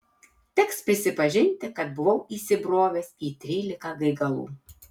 teks prisipažinti kad buvau įsibrovęs į trylika gaigalų